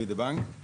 Be The Bank ;